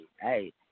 hey